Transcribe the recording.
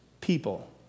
people